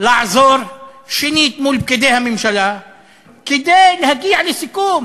לעזור שנית מול פקידי הממשלה כדי להגיע לסיכום.